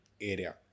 area